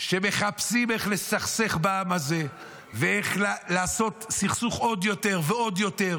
שמחפשים איך לסכסך בעם הזה ואיך לעשות סכסוך עוד יותר ועוד יותר,